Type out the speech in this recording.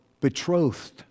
betrothed